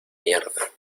mierda